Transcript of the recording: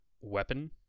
weapon